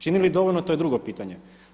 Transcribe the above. Čini li dovoljno to je drugo pitanje.